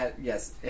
Yes